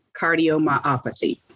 cardiomyopathy